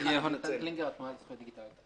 יהונתן קלינגר, התנועה לזכויות דיגיטליות.